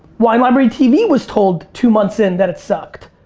wine library tv was told two months in that it sucked.